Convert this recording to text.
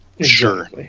Sure